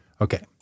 Okay